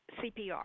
CPR